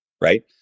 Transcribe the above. right